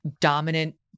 dominant